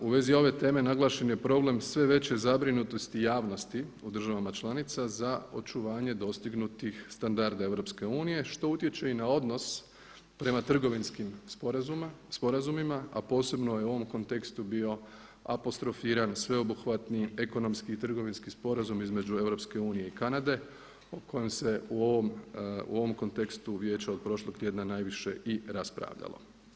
U vezi ove teme naglašen je problem sve veće zabrinutosti javnosti u državama članica za očuvanje dostignutih standarda EU što utječe i na odnos prema trgovinskim sporazumima, a posebno je u ovom kontekstu bio apostrofiran sveobuhvatni ekonomski i trgovinski sporazum između EU i Kanade o kojem se u ovom kontekstu Vijeća od prošlog tjedna najviše i raspravljalo.